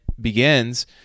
begins